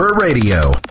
Radio